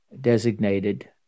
designated